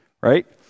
right